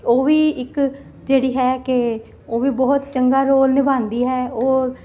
ਉਹ ਵੀ ਇੱਕ ਜਿਹੜੀ ਹੈ ਕਿ ਉਹ ਵੀ ਬਹੁਤ ਚੰਗਾ ਰੋਲ ਨਿਭਾਉਂਦੀ ਹੈ